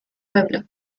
pueblo